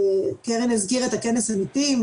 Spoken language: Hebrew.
קרן הזכירה את כנס העמיתים,